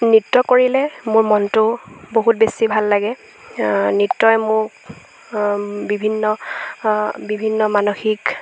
নৃত্য কৰিলে মোৰ মনটো বহুত বেছি ভাল লাগে নৃত্যই মোক বিভিন্ন বিভিন্ন মানসিক